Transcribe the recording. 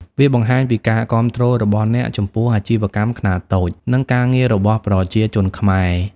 វាបង្ហាញពីការគាំទ្ររបស់អ្នកចំពោះ អាជីវកម្មខ្នាតតូច និងការងាររបស់ប្រជាជនខ្មែរ។